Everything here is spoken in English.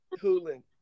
Cooling